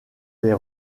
des